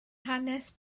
hanes